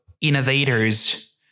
innovators